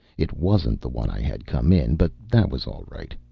it wasn't the one i had come in, but that was all right.